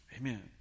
Amen